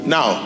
Now